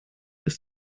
ist